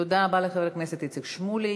תודה רבה לחבר הכנסת איציק שמולי.